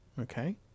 Okay